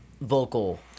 vocal